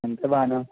అంత బాగానే ఉంటది